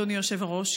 אדוני היושב-ראש,